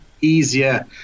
easier